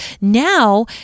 now